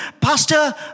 Pastor